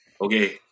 okay